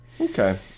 okay